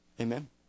Amen